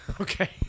Okay